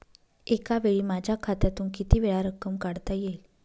एकावेळी माझ्या खात्यातून कितीवेळा रक्कम काढता येईल?